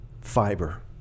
Fiber